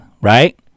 right